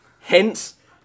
Hence